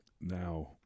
now